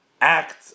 act